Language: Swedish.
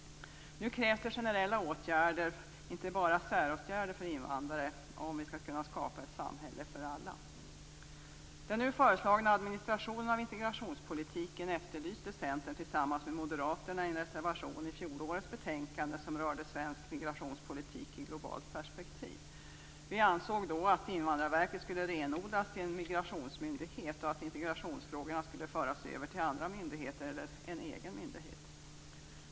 Nu krävs det generella åtgärder och inte bara säråtgärder för invandrare om vi skall kunna skapa ett samhälle för alla. Den nu föreslagna administrationen av integrationspolitiken efterlyste Centern tillsammans med moderaterna i en reservation till fjolårets betänkande som rörde svensk migrationspolitik i globalt perspektiv. Vi ansåg då att Invandrarverket skulle renodlas till en migrationsmyndighet och att integrationsfrågorna skulle föras över till andra myndigheter eller till en egen myndighet.